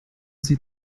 sie